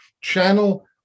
channel